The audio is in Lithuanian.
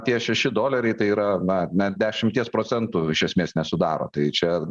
tie šeši doleriai tai yra na net dešimties procentų iš esmės nesudaro tai čia